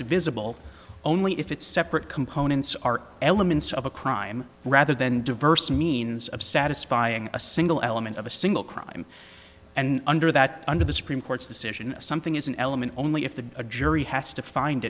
divisible only if it's separate components are elements of a crime rather than diverse means of satisfying a single element of a single crime and under that under the supreme court's decision something is an element only if the a jury has to find